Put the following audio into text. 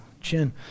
chin